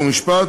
חוק ומשפט,